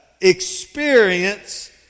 experience